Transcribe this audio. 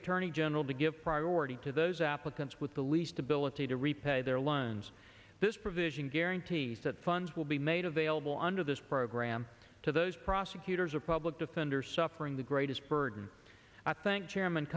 attorney general to give priority to those applicants with the least ability to repay their loans this provision guarantees that funds will be made available under this program to those prosecutors a public defender suffering the greatest burden i thank chairman